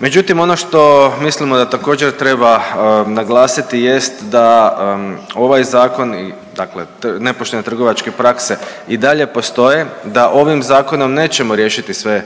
Međutim, ono što mislimo da također treba naglasiti jest da ovaj zakon i dakle nepoštene trgovačke prakse i dalje postoje, da ovim zakonom nećemo riješiti sve